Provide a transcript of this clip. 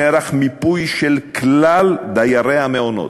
נערך מיפוי של כלל דיירי המעונות,